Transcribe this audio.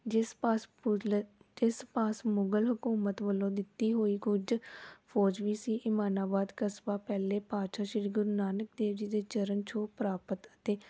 ਜਿਸ ਪਾਸਪੁਰਲ ਜਿਸ ਪਾਸ ਮੁਗਲ ਹਕੂਮਤ ਵੱਲੋਂ ਦਿੱਤੀ ਹੋਈ ਕੁਝ ਫੌਜ ਵੀ ਸੀ ਇਮਾਨਾਬਾਦ ਕਸਬਾ ਪਹਿਲੇ ਪਾਤਸ਼ਾਹ ਸ਼੍ਰੀ ਗੁਰੂ ਨਾਨਕ ਦੇਵ ਜੀ ਦੇ ਚਰਨ ਛੋਹ ਪ੍ਰਾਪਤ ਅਤੇ